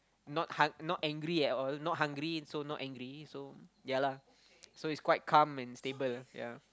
not hung~ not angry at all not hungry so not angry so ya lah so it's quite calm and stable ya